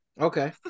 Okay